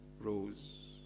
rose